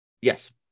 Yes